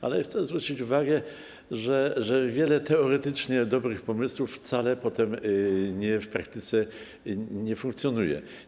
Ale chcę zwrócić uwagę, że wiele teoretycznie dobrych pomysłów wcale potem w praktyce nie funkcjonuje.